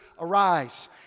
arise